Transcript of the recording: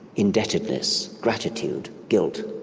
indebtedness, gratitude, guilt,